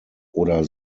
oder